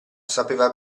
sapeva